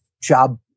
job